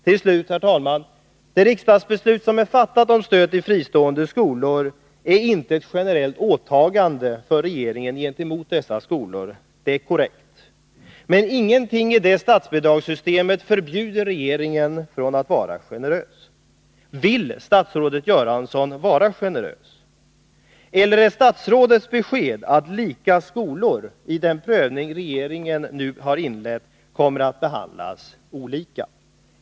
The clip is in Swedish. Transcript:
Till sist, herr talman, har det sagts att det riksdagsbeslut som är fattat om stöd till fristående skolor inte är ett generellt åtagande från regeringen gentemot dessa skolor. Det är korrekt. Men inget i det statsbidragssystemet förbjuder regeringen att vara generös. Vill statsrådet vara generös? Eller är statsrådets besked att lika skolor i den prövning regeringen nu har inlett kommer att behandlas olika?